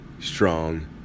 strong